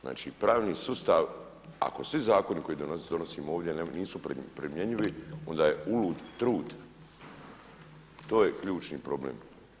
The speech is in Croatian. Znači pravni sustav, ako svi zakoni koje donosimo ovdje nisu primjenjivi onda je ulud trud, to je ključni problem.